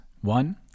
One